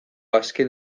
azken